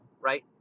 right